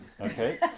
Okay